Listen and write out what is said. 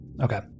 Okay